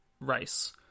race